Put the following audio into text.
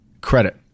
Credit